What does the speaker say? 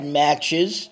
matches